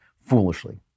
foolishly